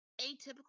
atypical